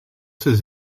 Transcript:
ses